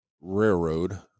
railroad